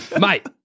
mate